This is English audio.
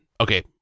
okay